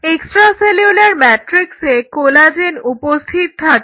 extracellular ম্যাট্রিক্সে collagen উপস্থিত থাকে